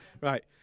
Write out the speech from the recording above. right